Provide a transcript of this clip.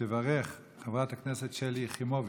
תברך חברת הכנסת שלי יחימוביץ.